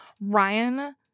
Ryan